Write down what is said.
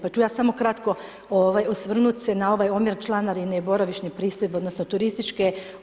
Pa ću ja samo kratko osvrnuti se na ovaj omjer članarine i boravišne pristojbe, odnosno turističke.